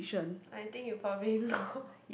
I think you probably know